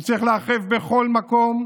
הם צריכים להיאכף בכל מקום.